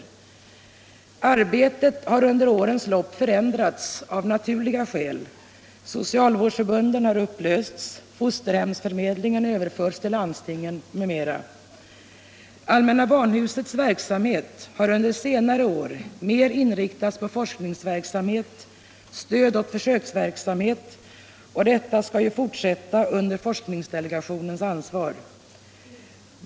Arbetet har under årens lopp förändrats av naturliga skäl — socialvårdsförbunden har upplösts, fosterhemsförmedlingen har överförts till landstingen, m.m. Allmänna barnhusets verksamhet har under senare år mer inriktats på forskningsverksamhet och stöd åt försöksverksamhet, och denna inriktning skall ju fortsätta under forskningsdelegationens ansvar.